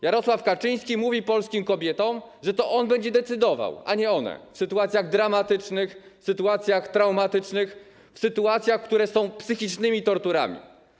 Jarosław Kaczyński mówi polskim kobietom, że to on będzie decydował, a nie one w sytuacjach dramatycznych, sytuacjach traumatycznych, w sytuacjach, które są psychicznymi torturami.